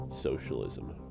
socialism